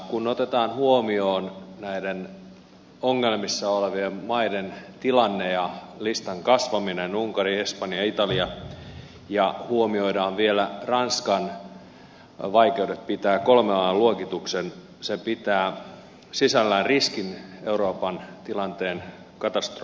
kun otetaan huomioon näiden ongelmissa olevien maiden tilanne ja listan kasvaminen unkari espanja italia ja huomioidaan vielä ranskan vaikeudet pitää kolmen an luokitus se pitää sisällään riskin euroopan tilanteen katastrofista